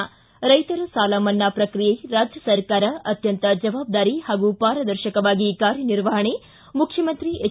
ಿ ರೈತರ ಸಾಲ ಮನ್ನಾ ಪ್ರಕ್ರಿಯೆ ರಾಜ್ಯ ಸರ್ಕಾರ ಅತ್ಯಂತ ಜವಾಬ್ದಾರಿ ಹಾಗೂ ಪಾರದರ್ಶಕವಾಗಿ ಕಾರ್ಯನಿರ್ವಹಣೆ ಮುಖ್ಯಮಂತ್ರಿ ಎಚ್